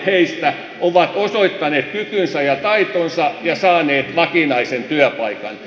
tuhannet ovat osoittaneet kykynsä ja taitonsa ja saaneet vakinaisen työpaikan